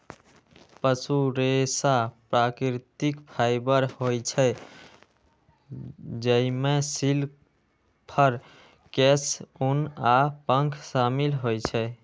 पशु रेशा प्राकृतिक फाइबर होइ छै, जइमे सिल्क, फर, केश, ऊन आ पंख शामिल होइ छै